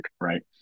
right